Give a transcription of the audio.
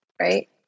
Right